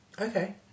okay